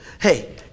Hey